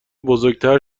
بزرگتر